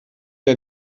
der